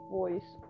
voice